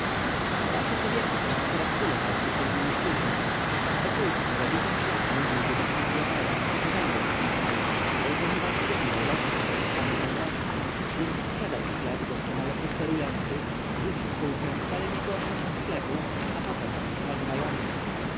wasze kobiety są akurat tyle warte co i mężczyźni wokulski za dziesięć lat mógłby być milionerem i potęgą w tym kraju ale ponieważ związał losy swoje z panną łęcką więc sprzedał sklep doskonale procentujący rzuci spółkę wcale niegorszą od sklepu a potem strwoni majątek